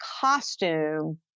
costume